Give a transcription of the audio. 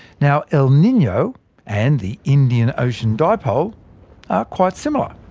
now el nino and the indian ocean dipole are quite similar.